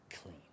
clean